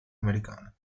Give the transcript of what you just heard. americana